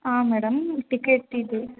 ಆಂ madam ticket ಇದು